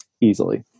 easily